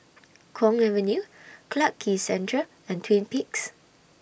Kwong Avenue Clarke Quay Central and Twin Peaks